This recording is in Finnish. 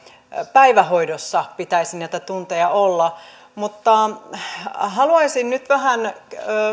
päivähoidossa pitäisi näitä tunteja olla haluaisin nyt vähän